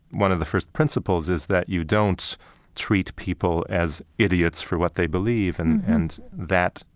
one of the first principles is that you don't treat people as idiots for what they believe and and that,